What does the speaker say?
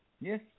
Yes